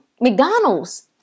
McDonald's